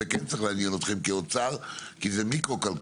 זה כן צריך לעניין אתכם כאוצר כי זה מקרו-כלכלה.